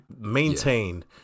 maintained